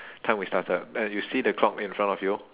time we started uh you see the clock in front of you